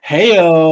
Heyo